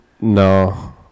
No